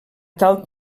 tal